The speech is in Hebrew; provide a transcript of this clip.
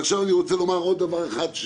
עכשיו אני רוצה לומר עוד דבר אחד,